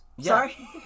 Sorry